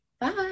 Bye